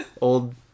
old